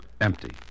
Empty